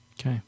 Okay